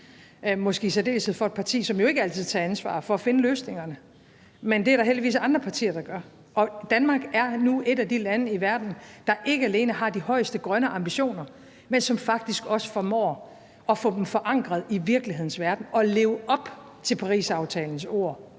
måske i særdeleshed for et parti, som ikke altid tager ansvar for at finde løsninger. Men det er der heldigvis andre partier der gør, og Danmark er nu et af de lande i verden, der ikke alene har de højeste grønne ambitioner, men som faktisk også formår at få dem forankret i virkelighedens verden og leve op til Parisaftalens ord